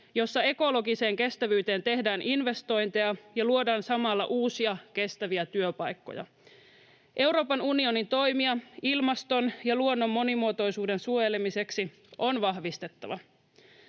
jossa ekologiseen kestävyyteen tehdään investointeja ja luodaan samalla uusia, kestäviä työpaikkoja. Euroopan unionin toimia ilmaston ja luonnon monimuotoisuuden suojelemiseksi on vahvistettava.